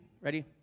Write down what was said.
Ready